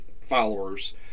followers